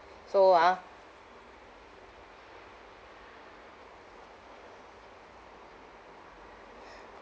so ah